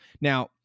now